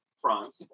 front